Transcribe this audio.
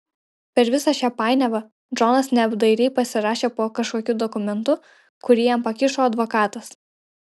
per visą šią painiavą džonas neapdairiai pasirašė po kažkokiu dokumentu kurį jam pakišo advokatas